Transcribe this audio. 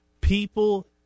People